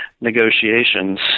negotiations